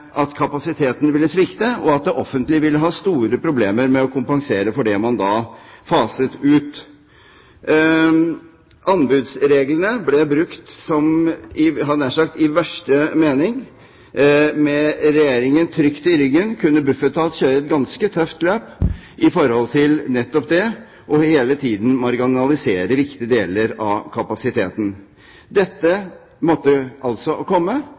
kapasiteten ville svikte, og at det offentlige ville ha store problemer med å kompensere for det man da faset ut. Anbudsreglene ble brukt nær sagt i verste mening. Med Regjeringen trygt i ryggen kunne Bufetat kjøre et ganske tøft løp i forhold til nettopp det og hele tiden marginalisere viktige deler av kapasiteten. Dette måtte altså komme.